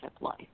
life